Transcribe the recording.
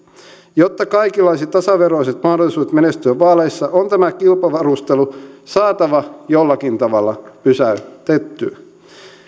jotta kaikilla olisi tasaveroiset mahdollisuudet menestyä vaaleissa on tämä kilpavarustelu saatava jollakin tavalla pysäytettyä